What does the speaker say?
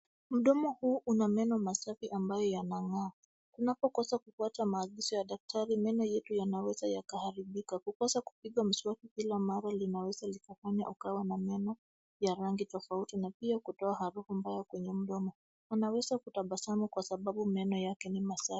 Mdomo huu una meno masafi ambayo yanang'aa. Tunapokosa kufuata maagizo ya daktari meno yetu yanaweza yakaharibika. Kukosa kupiga mswaki kila mara linaweza likafanya ukawa na meno ya rangi tofauti na pia kutoa harufu mbaya kwenye mdomo. Anaweza kutabasamu kwa sababu meno yake ni masafi.